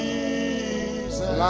Jesus